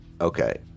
Okay